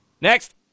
Next